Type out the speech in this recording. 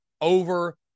over